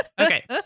Okay